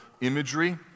imagery